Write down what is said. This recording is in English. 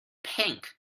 pink